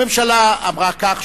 הממשלה אמרה כך.